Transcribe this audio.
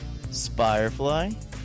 Spirefly